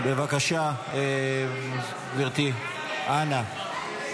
בבקשה, גברתי, אנא.